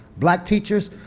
black teachers,